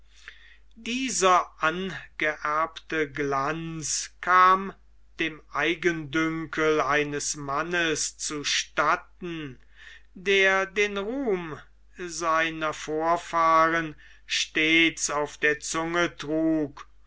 dieser angeerbte glanz kam dem eigendünkel eines mannes zu statten der den ruhm seiner vorfahren stets auf der zunge trug